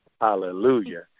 hallelujah